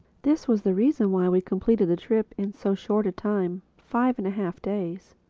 this was the reason why we completed the trip in so short a time five and a half days.